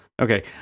Okay